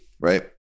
right